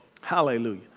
Hallelujah